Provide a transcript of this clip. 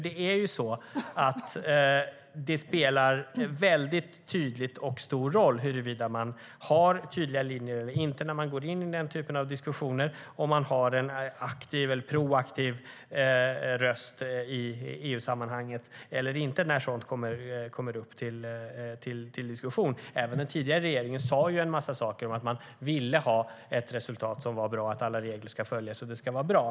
Det spelar en väldigt tydlig och stor roll huruvida man har tydliga linjer eller inte när man går in i den typen av diskussioner, huruvida man har en proaktiv röst i EU-sammanhang eller inte när sådant kommer upp till diskussion. Även den tidigare regeringen sa en massa saker om att man ville ha ett bra resultat och att alla regler skulle följas.